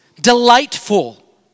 Delightful